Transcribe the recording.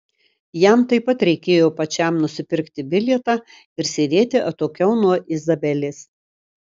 jam taip pat reikėjo pačiam nusipirkti bilietą ir sėdėti atokiau nuo izabelės